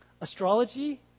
astrology